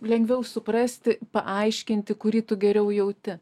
lengviau suprasti paaiškinti kurį tu geriau jauti